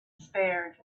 spared